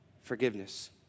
forgiveness